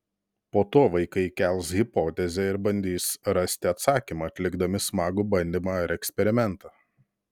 po to vaikai kels hipotezę ir bandys rasti atsakymą atlikdami smagų bandymą ar eksperimentą